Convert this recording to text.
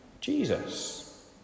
Jesus